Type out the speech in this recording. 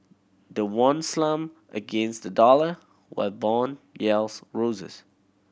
the won slumped against the dollar while bond yields roses